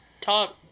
talk